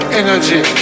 energy